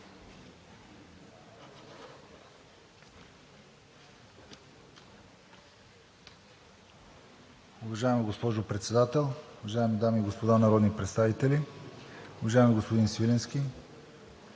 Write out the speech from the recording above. Уважаема госпожо Председател, уважаеми дами и господа народни представители! Уважаеми господин Свиленски,